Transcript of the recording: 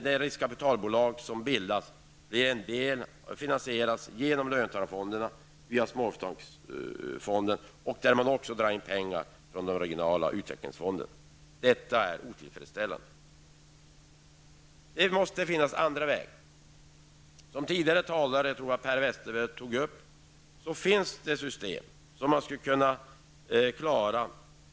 De riskkapitalbolag som bildas finansieras genom löntagarfonderna och småföretagsfonder, men man drar in pengar också från de regionala utvecklingsfonderna. Detta är otillfredsställande. Det måste finnas andra vägar. Som tidigare talare -- jag tror att det var Per Westerberg -- tog upp finns det andra system för att klara av detta.